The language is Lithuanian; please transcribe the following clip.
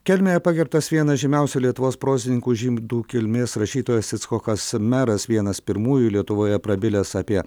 kelmėje pagerbtas vienas žymiausių lietuvos prozininkų žydų kilmės rašytojas icchokas meras vienas pirmųjų lietuvoje prabilęs apie